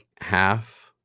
half